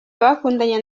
bakundanye